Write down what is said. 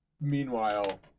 Meanwhile